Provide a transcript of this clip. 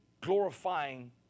glorifying